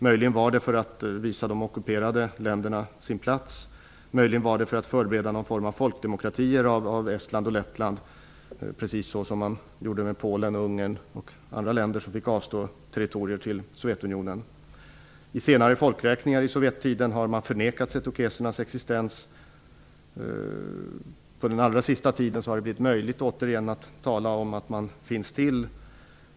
Möjligen var det för att man ville visa de ockuperade länderna deras plats, möjligen var det för att man ville förbereda någon form av folkdemokratier av Estland och Lettland, precis som man gjorde med bl.a. Polen och Ungern, som fick avstå territorier til Vid senare folkräkningar under Sovjettiden har man förnekat setukesernas existens, och under den allra senaste tiden har det återigen blivit möjligt att tala om att de finns till.